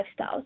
lifestyles